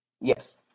Yes